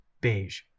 beige